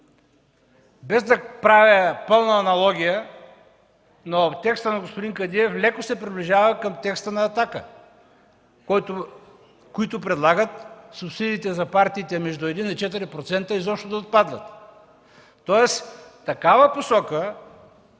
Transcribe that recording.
Без да правя пълна аналогия, но текстът на господин Кадиев леко се приближава към текста на „Атака”, които предлагат субсидиите за партиите между 1 и 4% изобщо да отпаднат. Тоест, такава посока,